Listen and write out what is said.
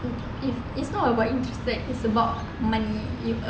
is not about interested sebab money you